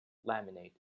laminate